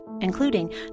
including